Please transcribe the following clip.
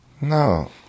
no